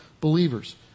believers